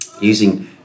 using